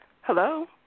Hello